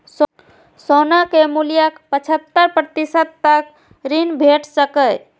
सोना के मूल्यक पचहत्तर प्रतिशत तक ऋण भेट सकैए